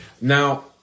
Now